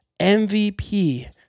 MVP